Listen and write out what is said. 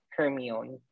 Hermione